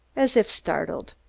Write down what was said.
as if startled.